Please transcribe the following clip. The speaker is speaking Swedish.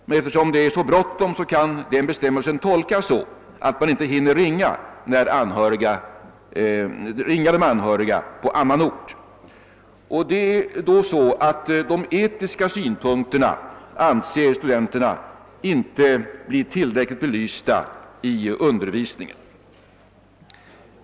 Men eftersom det är så bråttom, kan denna bestämmelse tolkas så att man kan underlåta att ringa de anhöriga, om dessa vistas på annan ort. Studenterna anser att de etiska synpunkterna inte blir tillräckligt belysta i undervisningen.